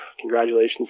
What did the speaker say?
Congratulations